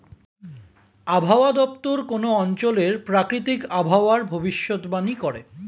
আবহাওয়া দপ্তর কোন অঞ্চলের প্রাকৃতিক আবহাওয়ার ভবিষ্যতবাণী করে